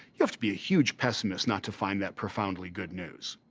you have to be a huge pessimist not to find that profoundly good news.